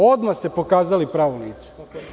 Odmah ste pokazali pravo lice.